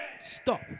Stop